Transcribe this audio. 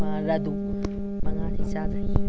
ꯂꯗꯨ ꯃꯉꯥꯗꯤ ꯆꯥꯗ꯭ꯔꯤ